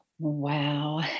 Wow